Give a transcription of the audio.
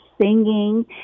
singing